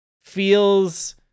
feels